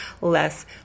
less